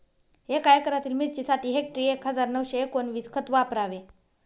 एका एकरातील मिरचीसाठी हेक्टरी एक हजार नऊशे एकोणवीस खत वापरावे